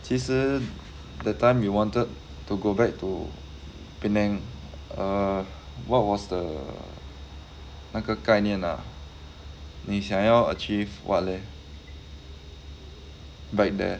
其实 that time you wanted to go back to penang err what was the 那个概念啊你想要 achieve what leh back there